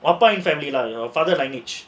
what about your family lah you know father language